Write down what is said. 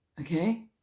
Okay